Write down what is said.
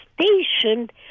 stationed